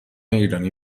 ایرانی